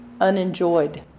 unenjoyed